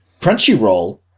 Crunchyroll